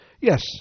Yes